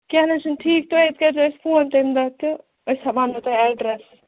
کیٚنٛہہ نہَ حظ چھُنہٕ ٹھیٖک تُہۍ کٔرۍزیٚو اَسہِ فون تَمہِ دۄہ تہٕ أسۍ وَنو تۄہہِ ایٚڈرَس